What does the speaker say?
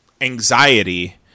anxiety